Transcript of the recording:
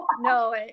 No